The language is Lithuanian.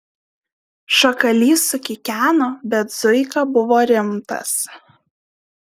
šakalys sukikeno bet zuika buvo rimtas